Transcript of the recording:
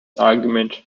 argument